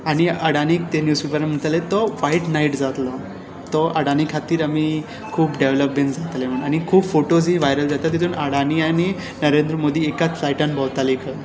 आनी अडानी ते न्यूजपेपरान सांगताले की तो वायट नायट जातलो तो अडानी खातीर आमी खूब डॅवेलपमेंट जातलें म्हूण आनी खूब फोटोझूय वायरल जातात तितूंत अडानी आनी नरेंद्र मोदी एकाच फ्लायटांत भोंवताले खंय